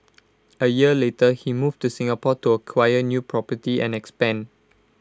A year later he moved to Singapore to acquire new property and expand